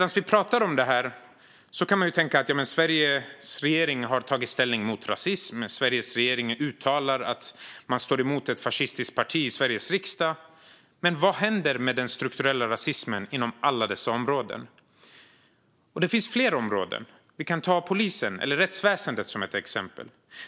När vi pratar om detta kan man ju tänka att Sveriges regering har tagit ställning mot rasism och att Sveriges regering uttalar att den står emot ett fascistiskt parti i Sveriges riksdag, men vad händer med den strukturella rasismen inom alla dessa områden? Det finns fler områden. Vi kan ta polisen, eller rättsväsendet, som ett exempel.